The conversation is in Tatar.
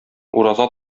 ураза